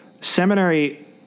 seminary